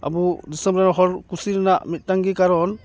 ᱟᱵᱚ ᱫᱤᱥᱚᱢ ᱨᱮᱱ ᱦᱚᱲ ᱠᱩᱥᱤ ᱨᱮᱱᱟᱜ ᱢᱤᱫᱴᱟᱝ ᱜᱮ ᱠᱟᱨᱚᱱ